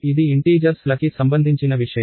ఇది ఇంటీజర్స్ ల కి సంబంధించిన విషయం